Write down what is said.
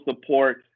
support